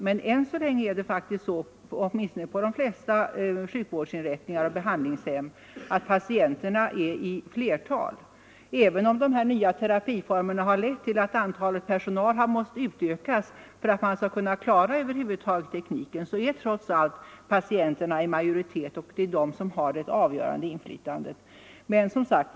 Men än så länge är det faktiskt så, åtminstone på de flesta sjukvårdsinrättningar och behandlingshem, att patienterna är i flertal. Även om de nya terapiformerna har lett till att personalen har måst utökas för att man över huvud taget skall kunna klara den tekniken, så är trots allt patienterna i majoritet och har det avgörande inflytandet.